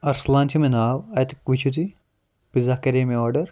اَرسلان چھُ مےٚ ناو اَتہِ وٕچھِو تُہۍ پِزاہ کَرے مےٚ آرڈَر